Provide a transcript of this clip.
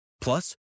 Plus